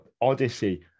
Odyssey